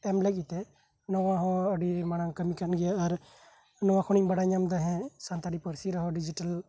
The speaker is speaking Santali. ᱱᱚᱭᱟᱹ ᱵᱷᱚᱭᱮᱥ ᱚᱱᱟ ᱨᱮᱦᱚᱸ ᱟᱹᱰᱤ ᱢᱟᱨᱟᱝ ᱠᱟᱹᱢᱤ ᱠᱟᱱ ᱜᱮᱭᱟ ᱟᱨ ᱱᱚᱣᱟ ᱠᱚᱨᱮᱧ ᱵᱟᱰᱟᱭ ᱧᱟᱢᱮᱫᱟ ᱦᱮᱸ ᱥᱟᱱᱛᱟᱞᱤ ᱯᱟᱨᱥᱤ ᱨᱮᱦᱚᱸ ᱰᱤᱤᱡᱤᱴᱮᱞ